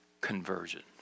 conversion